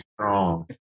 strong